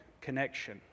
connection